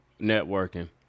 networking